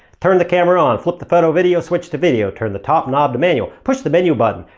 turn the camera on. flip the photo video switch to video. turn the top knob to manual. push the menu button.